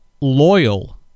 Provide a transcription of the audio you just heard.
loyal